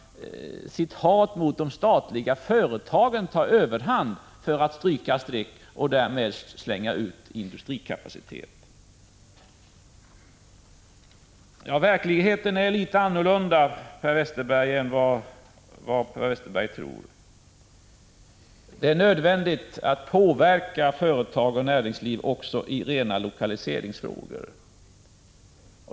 1985/86:155 statliga företagen ta överhand för att stryka ett streck över verksamheten och 29 maj 1986 därmed slänga ut industrikapacitet. Verkligheten är litet annorlunda än vad Per Westerberg tror. Det är nödvändigt att påverka företag och näringsliv också i rena lokaliseringsfrågor.